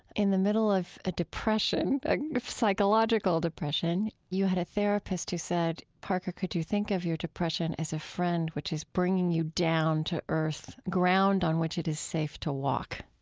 in the middle of a depression, a psychological depression, you had a therapist who said, parker, could you think of your depression as a friend, which is bringing you down to earth, ground on which it is safe to walk?